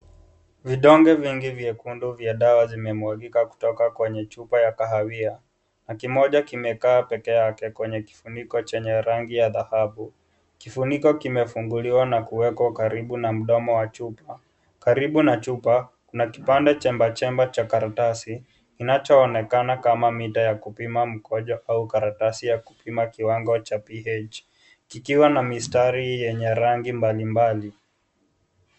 Vidonge vya rangi nyekundu vimemwagika kutoka kwenye chupa ya kahawia kimoja kimekaa pekeyake kwenye kifiniko chenye rangi ya dhahabu kifiniko kimefunguliwa na kuwekwa karibu na mdomo wa chupa karibu na chupa na kipande chembechembe cha karatasi kinachoonekana kama mida ya kupima mkojo au karatasi ya kupima kiwango cha ph kikiwa na mstari yenye rangi mbalimbali.